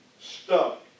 stuck